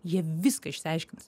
jie viską išsiaiškins